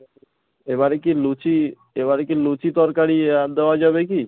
এবারে কি লুচি এবারে কি লুচি তরকারি দেওয়া যাবে কি